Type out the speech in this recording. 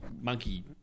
monkey